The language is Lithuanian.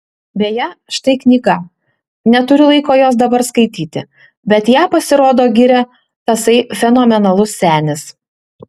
beje štai knyga neturiu laiko jos dabar skaityti bet ją pasirodo giria tasai fenomenalus senis